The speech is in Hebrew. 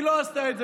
היא לא עשתה את זה,